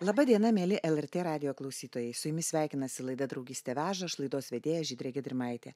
laba diena mieli lrt radijo klausytojai su jumis sveikinasi laida draugystė veža aš laidos vedėja žydrė gedrimaitė